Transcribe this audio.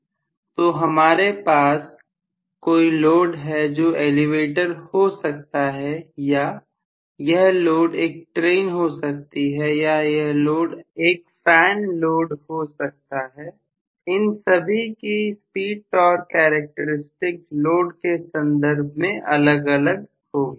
तो अगर हमारे पास कोई लोड है जो एलिवेटर हो सकता है या यह लोड एक ट्रेन हो सकती है या यह लोड एक्शन हो सकता है इन सभी की स्पीड टॉर्क कैरेक्टरिस्टिक लोड के संदर्भ में अलग अलग होगी